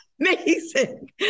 amazing